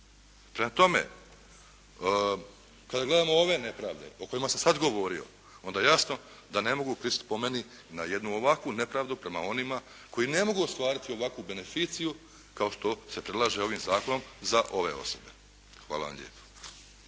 Prema tome, kada gledamo ove nepravde o kojima sam sad govorio, onda je jasno da ne mogu pristati po meni na jednu ovakvu nepravdu prema onima koji ne mogu ostvariti ovakvu beneficiju kao što se predlaže ovim zakonom za ove osobe. Hvala vam lijepa.